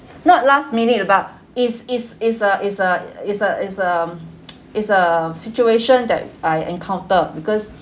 not last minute lah but is is is a is a is a is a is a situation that I encounter because